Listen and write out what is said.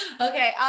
Okay